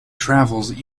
travels